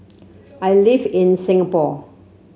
I live in Singapore